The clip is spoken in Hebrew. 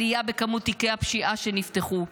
עלייה בכמות תיקי הפשיעה שנפתחו,